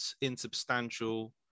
insubstantial